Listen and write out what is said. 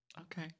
Okay